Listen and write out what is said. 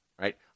right